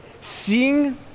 seeing